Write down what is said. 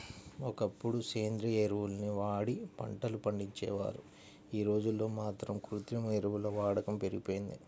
ఒకప్పుడు సేంద్రియ ఎరువుల్ని వాడి పంటలు పండించేవారు, యీ రోజుల్లో మాత్రం కృత్రిమ ఎరువుల వాడకం పెరిగిపోయింది